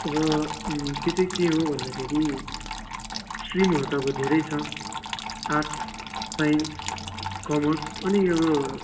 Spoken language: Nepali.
अब त्यो त के हो भन्दाखेरि स्ट्रिमहरू त अब धेरै छ आर्ट्स साइन्स कमर्स अनि यो